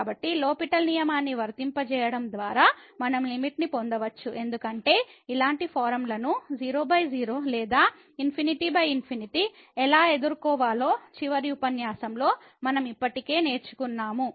కాబట్టి L'Hopital L'Hospital నియమాన్ని వర్తింపజేయడం ద్వారా మనం లిమిట్ ని పొందవచ్చు ఎందుకంటే ఇలాంటి ఫారమ్లను 00 లేదా ∞∞ ఎలా ఎదుర్కోవాలో చివరి ఉపన్యాసంలో మనం ఇప్పటికే నేర్చుకున్నాము